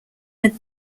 had